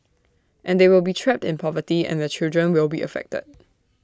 and they will be trapped in poverty and their children will be affected